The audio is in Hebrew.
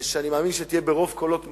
שאני מאמין שתהיה ברוב קולות מכריע,